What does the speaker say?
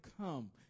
come